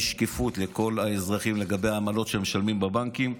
שקיפות לכל האזרחים לגבי העמלות שמשלמים בבנקים.